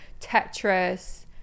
Tetris